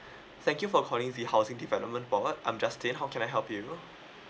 thank you for calling the housing development board I'm justine how can I help you